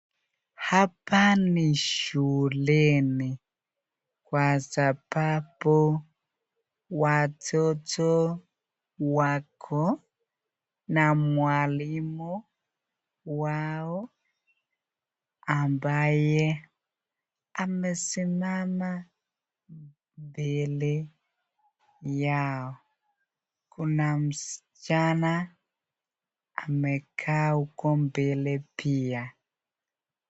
Hapa ni shuleni kwa sababu watoto wako na mwalimu wao, ambaye amesimama mbele yao. Kuna msichana amekaa huko mbele pia.